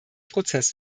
prozess